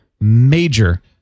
major